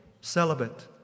celibate